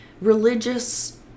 religious